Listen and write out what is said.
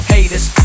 Haters